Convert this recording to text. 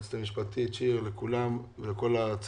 לשיר היועצת המשפטית ולכל הצוות.